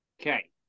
Okay